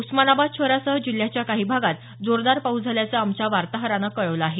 उस्मानाबाद शहरासह जिल्ह्याच्या काही भागात जोरदार पाऊस झाल्याचं आमच्या वार्ताहरानं कळवलं आहे